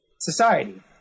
society